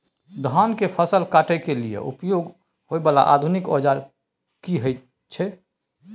धान के फसल काटय के लिए उपयोग होय वाला आधुनिक औजार की होय छै?